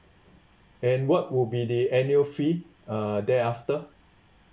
and what would be the annual fee uh thereafter